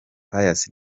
pius